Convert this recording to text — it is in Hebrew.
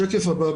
השקף הבא.